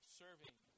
serving